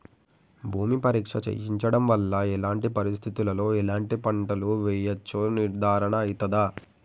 భూమి పరీక్ష చేయించడం వల్ల ఎలాంటి పరిస్థితిలో ఎలాంటి పంటలు వేయచ్చో నిర్ధారణ అయితదా?